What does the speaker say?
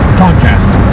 podcast